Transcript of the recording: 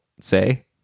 say